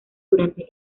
durante